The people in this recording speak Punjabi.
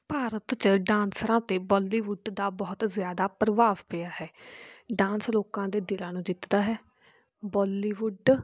ਭਾਰਤ 'ਚ ਡਾਂਸਰਾ ਅਤੇ ਬਾਲੀਵੁੱਡ ਦਾ ਬਹੁਤ ਜ਼ਿਆਦਾ ਪ੍ਰਭਾਵ ਪਿਆ ਹੈ ਡਾਂਸ ਲੋਕਾਂ ਦੇ ਦਿਲਾਂ ਨੂੰ ਜਿੱਤਦਾ ਹੈ ਬੋਲੀਵੁੱਡ